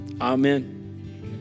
amen